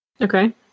Okay